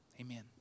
Amen